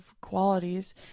qualities